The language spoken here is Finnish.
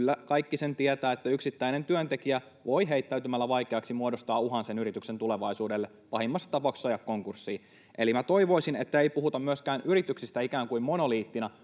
kyllä kaikki sen tietävät, että yksittäinen työntekijä voi heittäytymällä vaikeaksi muodostaa uhan sen yrityksen tulevaisuudelle, pahimmassa tapauksessa ajaa konkurssiin. Eli toivoisin, että ei puhuta myöskään yrityksistä ikään kuin monoliittina,